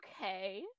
okay